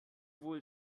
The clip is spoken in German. wohl